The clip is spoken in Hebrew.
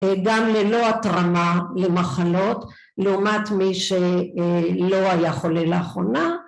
גם ללא התרמה למחלות לעומת מי שלא היה חולה לאחרונה